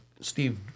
Steve